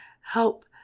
help